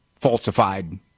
falsified